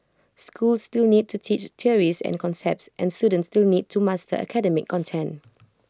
schools still need to teach theories and concepts and students still need to master academic content